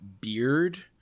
beard